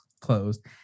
closed